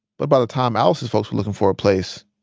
but by the time alice's folks were looking for a place,